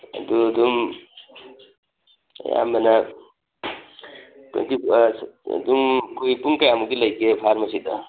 ꯑꯗꯨ ꯑꯗꯨꯝ ꯑꯌꯥꯝꯕꯅ ꯑꯗꯨꯝ ꯑꯩꯈꯣꯏ ꯄꯨꯡ ꯀꯌꯥꯃꯨꯛꯇꯤ ꯂꯩꯒꯦ ꯐꯥꯔꯃꯥꯁꯤꯗ